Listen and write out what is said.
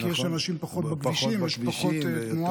כי יש פחות אנשים בכבישים ויש פחות תנועה,